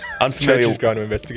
unfamiliar